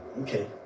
Okay